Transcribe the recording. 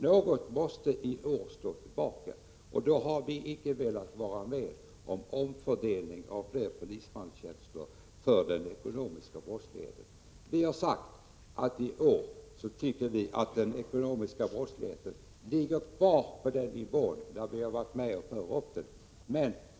Något måste stå tillbaka i år. Vi har därför i folkpartiet icke velat gå med på en omfördelning av fler polismanstjänster för den ekonomiska brottsligheten. Vi tycker att bekämpningen av den ekonomiska brottsligheten i år skall ligga kvar på den nivå som har beslutats.